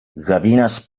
gavines